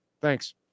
Thanks